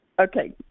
Okay